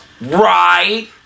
right